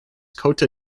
kota